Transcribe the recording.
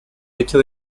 hecho